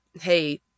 Hey